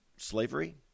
Slavery